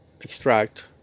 extract